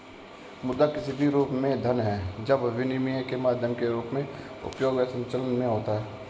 मुद्रा किसी भी रूप में धन है जब विनिमय के माध्यम के रूप में उपयोग या संचलन में होता है